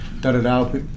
da-da-da